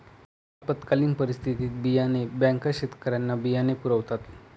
आपत्कालीन परिस्थितीत बियाणे बँका शेतकऱ्यांना बियाणे पुरवतात